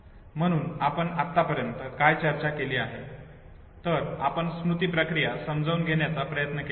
म्हणून आपण आतापर्यंत काय चर्चा केली आहे तर आपण स्मृती प्रक्रिया समजून घेण्याचा प्रयत्न केला आहे